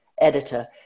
editor